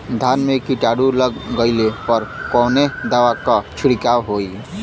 धान में कीटाणु लग गईले पर कवने दवा क छिड़काव होई?